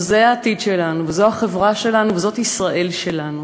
וזה העתיד שלנו, וזו החברה שלנו, וזאת ישראל שלנו.